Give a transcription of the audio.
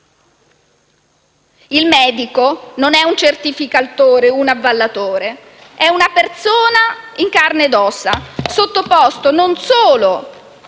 Il medico non è un certificatore, un avallatore; è una persona in carne ed ossa, sottoposta non solo alla propria